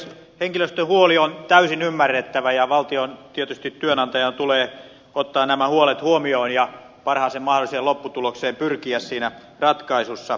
henkilöstön huoli on täysin ymmärrettävä ja valtion tietysti työnantajana tulee ottaa nämä huolet huomioon ja parhaaseen mahdolliseen lopputulokseen pyrkiä siinä ratkaisussa